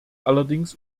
allerdings